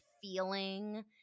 feeling